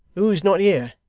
who is not here.